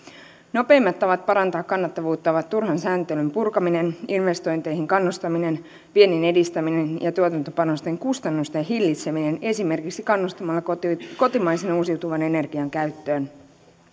nopeimmat tavat parantaa kannattavuutta ovat turhan sääntelyn purkaminen investointeihin kannustaminen viennin edistäminen ja tuotantopanosten kustannusten hillitseminen esimerkiksi kannustamalla kotimaisen kotimaisen uusiutuvan energian käyttöön